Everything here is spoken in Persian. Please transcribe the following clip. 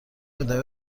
ادامه